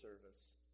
service